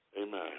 Amen